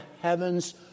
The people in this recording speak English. heavens